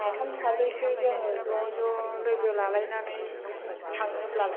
साथाम साब्रैसो जोङो ज' ज' लोगो लालायनानै थाङोब्लालाय